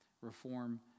reform